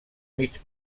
mig